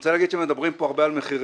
אני רוצה להגיד שמדברים פה הרבה על מחירים.